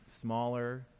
smaller